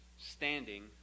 standing